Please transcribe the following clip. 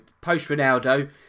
post-Ronaldo